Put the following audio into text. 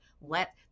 let